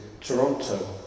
Toronto